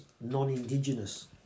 non-Indigenous